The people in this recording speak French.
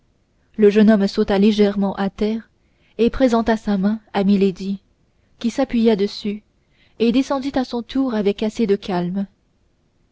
le jeune homme sauta légèrement à terre et présenta sa main à milady qui s'appuya dessus et descendit à son tour avec assez de calme